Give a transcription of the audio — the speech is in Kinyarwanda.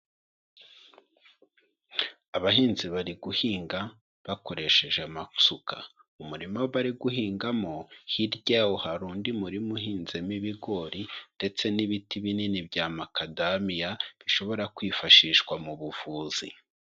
Abahinzi bari guhinga bakoresheje amasuka, umurima bari guhingamo hirya yawo hari undi murima uhinzemo ibigori ndetse n'ibiti binini bya makadamiya, bishobora kwifashishwa mu buvuzi.